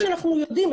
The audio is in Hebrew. זה מה שאנחנו יודעים.